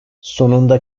sonunda